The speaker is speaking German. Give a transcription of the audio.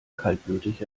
kaltblütig